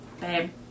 babe